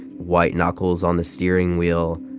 white knuckles on the steering wheel,